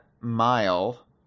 Mile